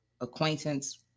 acquaintance